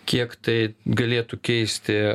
kiek tai galėtų keisti